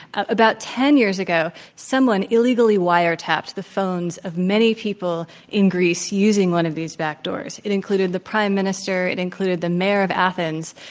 about ten years ago, someone illegally wiretapped the phones of many people in greece using one of these backdoors. it included the prime minister. it included the mayor of athens,